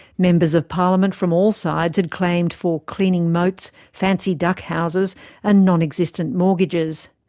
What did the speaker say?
members of parliament from all sides had claimed for cleaning moats, fancy duck houses and non-existent mortgages.